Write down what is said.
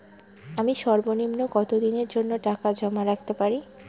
আমি সর্বনিম্ন কতদিনের জন্য টাকা জমা রাখতে পারি?